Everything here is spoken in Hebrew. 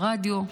ברדיו,